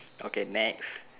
okay next